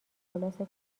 خلاصه